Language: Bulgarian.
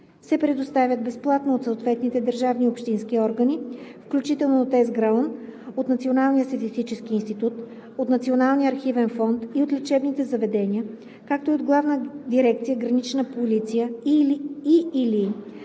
се предоставят безплатно от съответните държавни и общински органи, включително от ЕСГРАОН, от Националния статистически институт, от Националния архивен фонд и от лечебните заведения, както и от Главна дирекция „Гранична полиция“ и/или